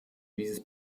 dieses